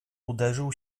uderzył